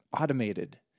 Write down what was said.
automated